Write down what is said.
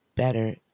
better